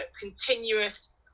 continuous